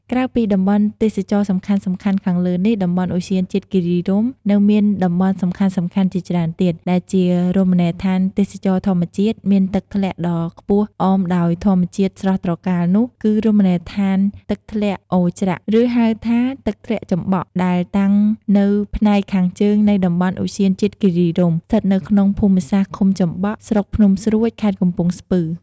ក្រៅពីតំបន់ទេសចរណ៍សំខាន់ៗខាងលើនេះតំបន់ឧទ្យានជាតិគិរីរម្យ នៅមានតំបន់សំខាន់ៗជាច្រើនទៀត ដែលជារមណីយដ្ឋានទេសចរណ៍ធម្មជាតិមានទឹកធ្លាក់ដ៏ខ្ពស់អមដោយធម្មជាតិស្រស់ត្រកាលនោះ គឺរមណីយដ្ឋានទឹកធ្លាក់អូរច្រាក ឬហៅថា ទឹកធ្លាក់ចំបក់ ដែលតាំងនៅផ្នែកខាងជើងនៃតំបន់ឧទ្យានជាតិគិរីរម្យ ស្ថិតនៅក្នុងភូមិសាស្ត្រឃុំចំបក់ ស្រុកភ្នំស្រួច ខេត្តកំពង់ស្ពឺ។